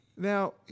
Now